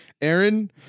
Aaron